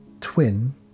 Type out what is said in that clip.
twin